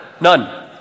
none